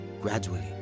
Gradually